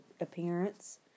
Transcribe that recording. appearance